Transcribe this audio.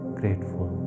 grateful